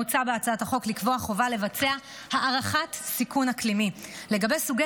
מוצע בהצעת החוק לקבוע חובה לבצע הערכת סיכון אקלימית לגבי סוגי